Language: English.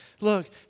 Look